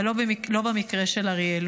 אבל לא במקרה של אריאל,